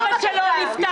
אבא שלו נפטר.